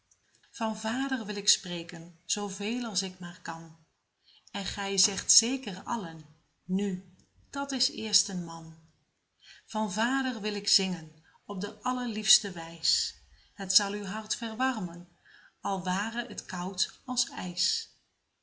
van vader wil ik spreken zooveel als ik maar kan en gij zegt zeker allen nu dat is eerst een man van vader wil ik zingen op de allerliefste wijs het zal uw hart verwarmen al ware t koud als ijs